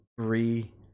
three